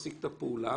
מספר זהותו ומענו,